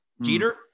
Jeter